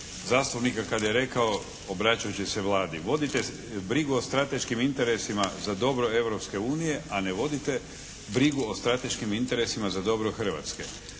zastupnika kada je rekao obraćajući se Vladi. Vodite brigu o strateškim interesima za dobro Europske unije, a ne vodite brigu o strateškim interesima za dobro Hrvatske.